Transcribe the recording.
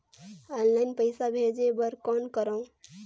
Online पईसा भेजे बर कौन करव?